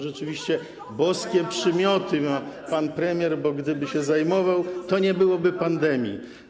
Rzeczywiście boskie przymioty ma pan premier, bo gdyby się zajmował, to nie byłoby pandemii.